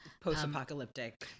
Post-apocalyptic